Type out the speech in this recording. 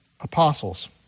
apostles